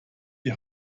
die